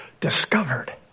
discovered